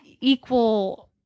equal